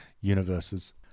universes